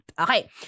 Okay